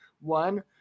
One